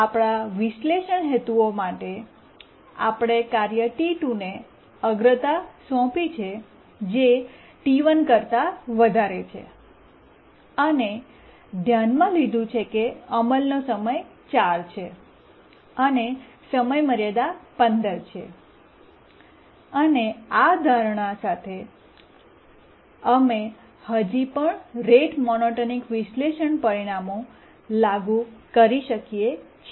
આપણા વિશ્લેષણ હેતુઓ માટે અમે કાર્ય T2 ને અગ્રતા સોંપી છે જે T1 કરતા વધારે છે અને ધ્યાનમાં લીધું છે કે અમલનો સમય 4 છે અને સમયમર્યાદા 15 છે અને આ ધારણા સાથે અમે હજી પણ રેટ મોનોટોનિક વિશ્લેષણ પરિણામો લાગુ કરી શકીએ છીએ